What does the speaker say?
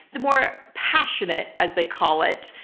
the more passionate, as they call it,